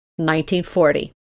1940